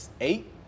eight